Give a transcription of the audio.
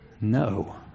No